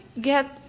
get